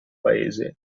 paese